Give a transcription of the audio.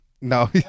No